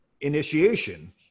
initiation